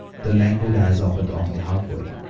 the languid eyes opened only half-way,